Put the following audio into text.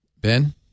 Ben